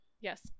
Yes